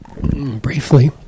briefly